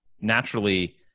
naturally